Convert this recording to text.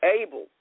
able